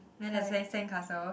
then there's san~ sand castle